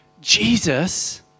Jesus